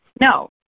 no